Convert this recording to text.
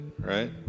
right